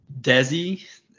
Desi